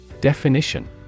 Definition